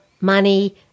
money